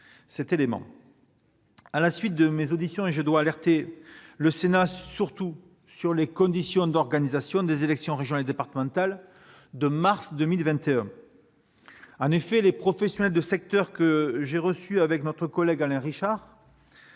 cet élément. À la suite de mes auditions, je dois alerter le Sénat sur les conditions d'organisation des élections régionales et départementales de mars 2021. En effet, les professionnels du secteur, que j'ai reçus avec Alain Richard,